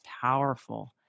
powerful